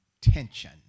tension